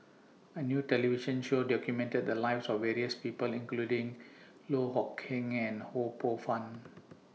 A New television Show documented The Lives of various People including Loh Kok Heng and Ho Poh Fun